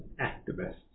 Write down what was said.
Activists